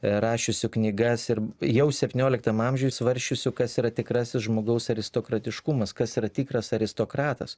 rašiusių knygas ir jau septynioliktam amžiuj svarsčiusių kas yra tikrasis žmogaus aristokratiškumas kas yra tikras aristokratas